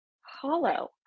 hollow